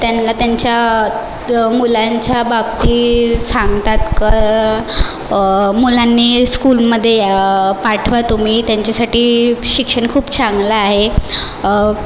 त्यांना त्यांच्या मुलांच्या बाबतीत सांगतात मुलांनी स्कूलमध्ये पाठवा तुम्ही त्यांच्यासाठी शिक्षण खूप चांगला आहे